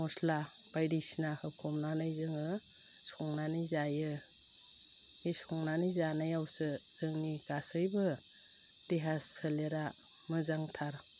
मस्ला बायदिसिना होफबनानै जोङो संनानै जायो बे संनानै जानायावसो जोंनि गासैबो देहा सोलेरा मोजांथार